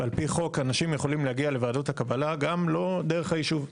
ועל פי חוק אנשים יכולים להגיע לוועדות הקבלה גם לא דרך הישוב.